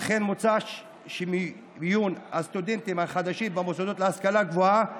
על כן מוצע שמיון הסטודנטים החדשים במוסדות להשכלה גבוהה